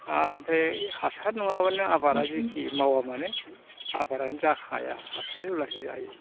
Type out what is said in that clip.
आमफ्राय हासार नङाब्लानो आबादा जेखि मावा मानो आबादआनो जाखाया हासार होब्लासो जायो